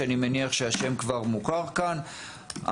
אני מניח שהשם כבר מוכר כאן,